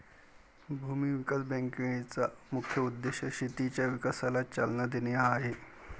भूमी विकास बँकेचा मुख्य उद्देश शेतीच्या विकासाला चालना देणे हा आहे